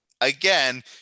Again